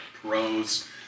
pros